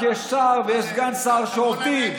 כי יש שר ויש סגן שר שעובדים.